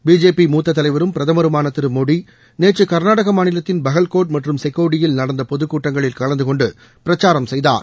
BJP மூத்த தலைவரும் பிரதமருமான திரு மோடி நேற்று கர்நாடகா மாநிலத்தின் பஹல்கோட் மற்றும் சிக்கோடியில் நடந்த பொது கூட்டங்களில் கலந்துகொண்டு பிரச்சாரம் செய்தார்